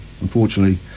unfortunately